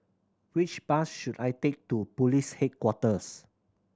which bus should I take to Police Headquarters